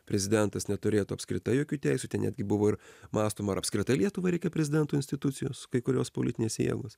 prezidentas neturėtų apskritai jokių teisių ten netgi buvo ir mąstoma ar apskritai lietuvai reikia prezidento institucijos kai kurios politinės jėgos